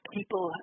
People